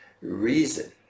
reason